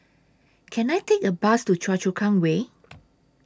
Can I Take A Bus to Choa Chu Kang Way